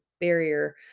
barrier